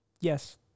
Yes